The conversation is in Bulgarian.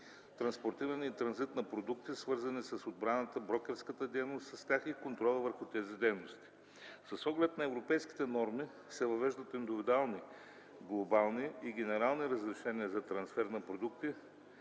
транспортиране и транзит на продукти, свързани с отбраната, брокерската дейност с тях и контрола върху тези дейности. С оглед европейските норми се въвеждат индивидуални, глобални и генерални разрешения за трансфер на продукти,